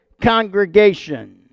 congregation